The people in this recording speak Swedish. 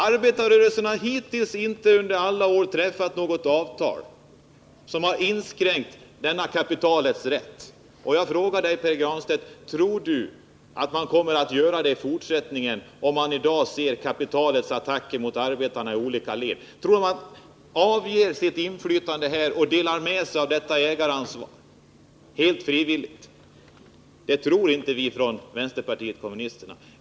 Arbetarrörelsen har hittills under alla år inte kunnat träffa något avtal som inskränkt denna kapitalets rätt. Jag frågar Pär Granstedt om han, med tanke på kapitalets attacker mot arbetarna i olika avseenden, tror att man kommer att kunna göra det i fortsättningen. Tror Pär Granstedt att kapitalet helt frivilligt kommer att uppge sitt inflytande och dela med sig av detta ägaransvar? Det tror inte vi inom vpk.